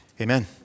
Amen